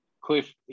Cliff